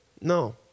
no